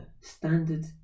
standard